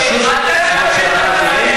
מה קרה?